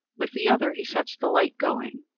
with the other he sets the light going.